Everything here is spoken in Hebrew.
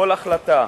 כל החלטה,